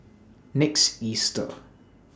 next Easter